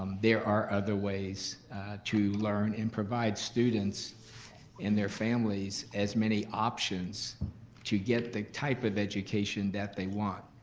there are other ways to learn and provide students and their families as many options to get the type of education that they want.